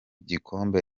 gikombe